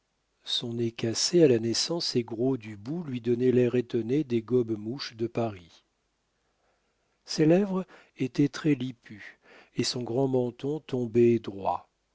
son nez cassé à la naissance et gros du bout lui donnait l'air étonné des gobe-mouches de paris ses lèvres étaient très lippues et son grand menton tombait droit